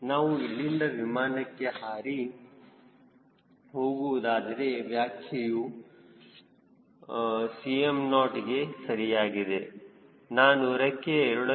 ನಾವು ಇಲ್ಲಿಂದ ವಿಮಾನಕ್ಕೆ ಹಾರಿ ಹೋಗುವುದಾದರೆ ವ್ಯಾಖ್ಯೆಯು Cm0ಗೆ ಸರಿಯಾಗಿದೆ ನಾನು ರೆಕ್ಕೆಯ a